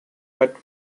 but